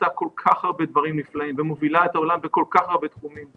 שעשתה כל כך הרבה דברים נפלאים ומובילה את העולם בכל כך הרבה תחומים,